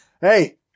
hey